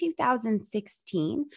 2016